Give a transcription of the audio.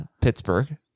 Pittsburgh